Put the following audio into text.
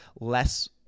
less